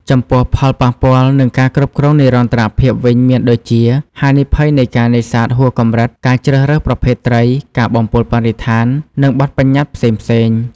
ចំពោះ ផលប៉ះពាល់ និងការគ្រប់គ្រងនិរន្តរភាពវិញមានដូចជា ហានិភ័យនៃការនេសាទហួសកម្រិត ការជ្រើសរើសប្រភេទត្រី ការបំពុលបរិស្ថាន និងបទប្បញ្ញត្តិផ្សេងៗ។